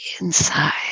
inside